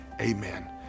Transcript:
amen